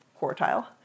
quartile